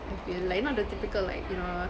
I feel like not the typical like you know